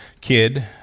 kid